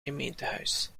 gemeentehuis